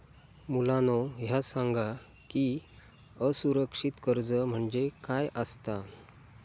मुलांनो ह्या सांगा की असुरक्षित कर्ज म्हणजे काय आसता?